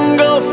go